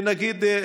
נגיד,